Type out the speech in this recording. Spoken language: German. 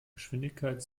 geschwindigkeit